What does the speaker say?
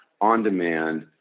on-demand